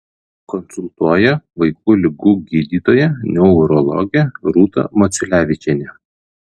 konsultuoja vaikų ligų gydytoja neurologė rūta maciulevičienė